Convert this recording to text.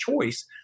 choice